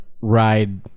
ride